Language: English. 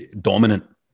dominant